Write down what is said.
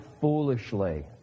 foolishly